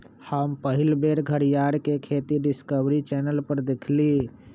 हम पहिल बेर घरीयार के खेती डिस्कवरी चैनल पर देखली